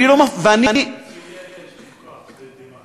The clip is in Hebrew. להרצליה יש ביטוח, שדה-תימן.